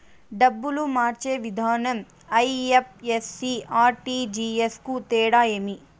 డబ్బులు మార్చే విధానం ఐ.ఎఫ్.ఎస్.సి, ఆర్.టి.జి.ఎస్ కు తేడా ఏమి?